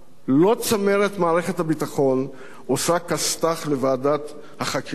לא צמרת מערכת הביטחון עושה כסת"ח לוועדת החקירה הבאה,